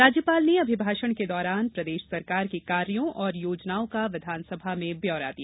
राज्यपाल ने अभिभाषण के दौरान प्रदेश सरकार के कार्यों और योजनाओं का विधानसभा में ब्यौरा दिया